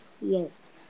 Yes